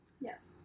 Yes